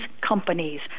companies